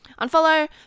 unfollow